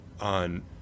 on